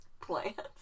plants